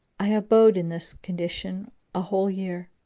i abode in this condition a whole year,